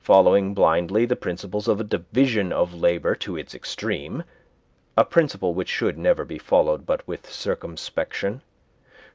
following blindly the principles of a division of labor to its extreme a principle which should never be followed but with circumspection